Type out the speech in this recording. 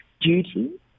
duty